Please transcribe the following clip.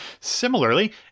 Similarly